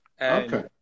Okay